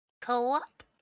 Co-op